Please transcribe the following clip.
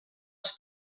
els